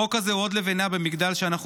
החוק הזה הוא עוד לבנה במגדל שאנחנו